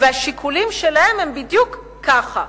והשיקולים שלהם הם בדיוק ככה,